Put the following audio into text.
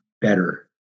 better